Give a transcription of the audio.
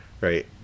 right